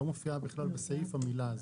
לא מופיעה בכלל בסעיף המילה הזאת.